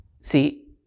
See